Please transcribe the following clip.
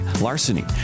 Larceny